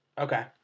Okay